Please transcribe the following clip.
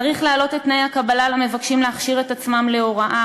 צריך להעלות את תנאי הקבלה למבקשים להכשיר את עצמם להוראה